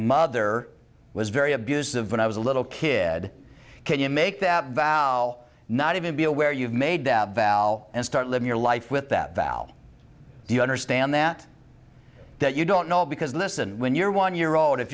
mother was very abusive when i was a little kid can you make that vow not even be aware you've made that vow and start living your life with that value do you understand that that you don't know because listen when you're one year old if